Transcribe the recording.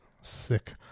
sick